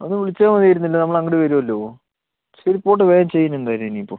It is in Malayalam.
ഒന്ന് വിളിച്ചാൽ മതി ആയിരുന്നല്ലോ നമ്മൾ അങ്ങോട്ട് വരുമല്ലോ ശരി പോട്ടെ വേഗം ചെയ്യുന്നുണ്ടോ ഇനി ഇപ്പോൾ